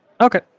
Okay